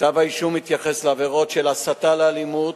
כתב האישום מתייחס לעבירות של הסתה לאלימות,